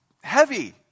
heavy